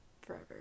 forever